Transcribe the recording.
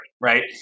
right